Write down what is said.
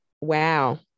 Wow